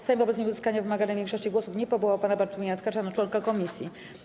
Sejm wobec nieuzyskania wymaganej większości głosów nie powołał pana Bartłomieja Tkacza na członka komisji.